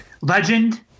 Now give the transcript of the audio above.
legend